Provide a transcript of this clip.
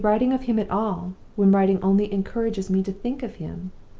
to be writing of him at all, when writing only encourages me to think of him?